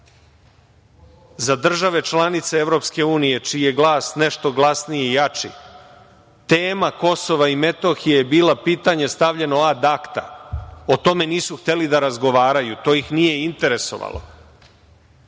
za države članice EU, čiji je glas nešto glasniji i jači, tema KiM je bilo pitanje stavljeno ad akta. O tome nisu hteli da razgovaraju. To ih nije interesovalo.